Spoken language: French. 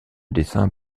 dessin